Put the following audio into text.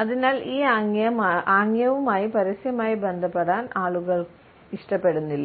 അതിനാൽ ഈ ആംഗ്യവുമായി പരസ്യമായി ബന്ധപ്പെടാൻ ആളുകൾ ഇഷ്ടപ്പെടുന്നില്ല